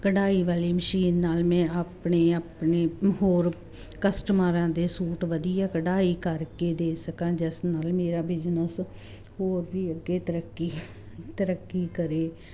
ਕੜਾਈ ਵਾਲੀ ਮਸ਼ੀਨ ਨਾਲ ਮੈਂ ਆਪਣੇ ਆਪਣੇ ਹੋਰ ਕਸਟਮਰਾਂ ਦੇ ਸੂਟ ਵਧੀਆ ਕਢਾਈ ਕਰਕੇ ਦੇ ਸਕਾ ਜਿਸ ਨਾਲ ਮੇਰਾ ਬਿਜਨਸ ਹੋਰ ਵੀ ਅੱਗੇ ਤਰੱਕੀ ਤਰੱਕੀ ਕਰੇ